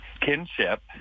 kinship